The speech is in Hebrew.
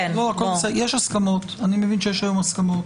אני מבין שיש היום הסכמות